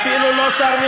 זה לא רעש.